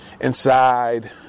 inside